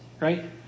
right